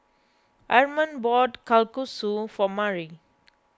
Armond bought Kalguksu for Mari